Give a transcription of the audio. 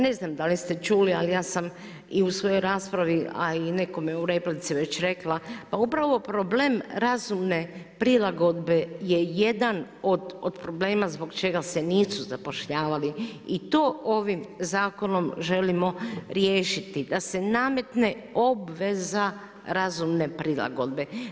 Ne znam da li ste čuli ali ja sam i u svojoj raspravi a i nekome u replici već rekla, pa upravo problem razumne prilagodbe je jedan od problema zbog čega se nisu zapošljavali i to ovim zakonom želimo riješiti da se nametne obveza razumne prilagodbe.